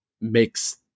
makes